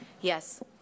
Yes